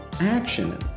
action